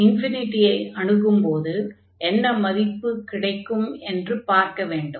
R ஐ அணுகும்போது என்ன மதிப்பு கிடைக்கும் என்று பார்க்க வேண்டும்